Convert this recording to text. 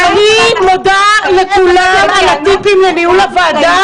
אני מודה לכולם על הטיפים לניהול הוועדה.